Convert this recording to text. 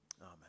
Amen